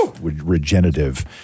regenerative